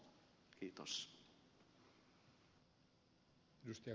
herra puhemies